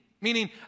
Meaning